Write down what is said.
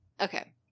Okay